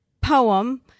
poem